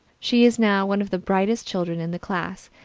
she is now one of the brightest children in the class,